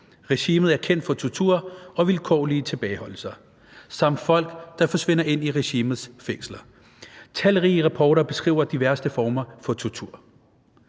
Regimet er kendt for tortur og vilkårlige tilbageholdelser« samt for folk, »der forsvinder ind i regimets fængsler. Talrige rapporter beskriver de værste former for tortur«.